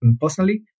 personally